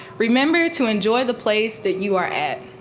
remember to enjoy the place that you are at.